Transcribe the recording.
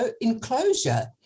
enclosure